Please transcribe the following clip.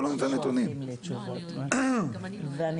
שאין לכם נתון ואתם תחזרו אליי עם נתון.